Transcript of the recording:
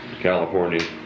California